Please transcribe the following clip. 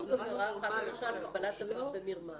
סוג עבירה אחד, למשל קבלת דבר במרמה.